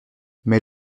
mais